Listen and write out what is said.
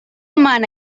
mana